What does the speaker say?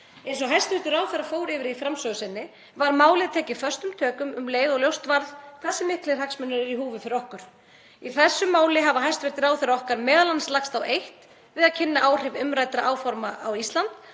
Eins og hæstv. ráðherra fór yfir í framsögu sinni var málið tekið föstum tökum um leið og ljóst varð hversu miklir hagsmunir eru í húfi fyrir okkur. Í þessu máli hafa hæstv. ráðherrar okkar m.a. lagst á eitt við að kynna áhrif umræddra áforma á Ísland